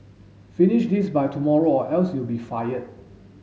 finish this by tomorrow or else you'll be fired